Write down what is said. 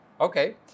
Okay